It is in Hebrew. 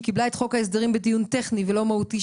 קיבלה את חוק ההסדרים בדיון טכני ולא מהותי,